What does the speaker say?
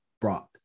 brought